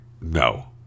No